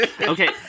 Okay